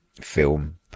film